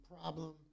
problem